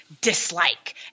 dislike